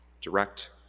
Direct